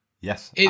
Yes